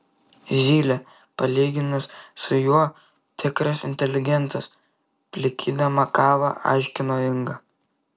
zylė palyginus su juo tikras inteligentas plikydama kavą aiškino inga